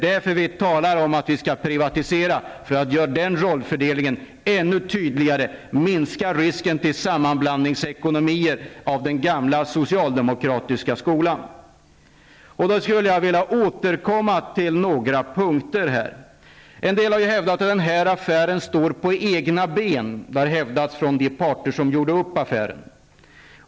Därför talar vi om att vi skall privatisera för att göra den rollfördelningen ännu tydligare och minska risken för sammanblandningsekonomier av den gamla socialdemokratiska skolan. Jag skulle vilja återkomma till några punkter här. En del har hävdat att den här affären står på egna ben. Det är hävdats från de parter som gjorde upp affären.